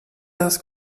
das